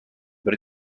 but